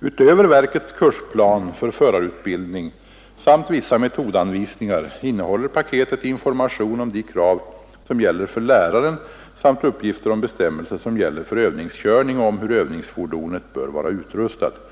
Utöver verkets kursplan för förarutbildning samt vissa metodanvisningar innehåller ”paketet” information om de krav som gäller för läraren samt uppgifter om bestämmelser som gäller för övningskörning och om hur övningsfordonet bör vara utrustat.